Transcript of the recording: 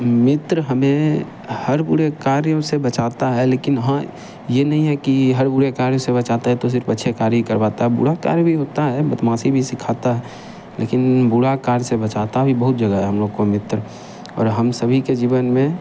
मित्र हमें हर बुरे कार्यों से बचाता है लेकिन हाँ ये नहीं है कि हर बुरे कार्य से से बचाता है तो सिर्फ़ अच्छे कार्य ही करवाता है बुरा कार्य भी होता है बदमाशी भी सीखाता है लेकिन बुरा कार्य से बचाता भी बहुत जगह है हम लोग को मित्र और हम सभी के जीवन में